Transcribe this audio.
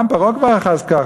גם פרעה כבר אחז כך,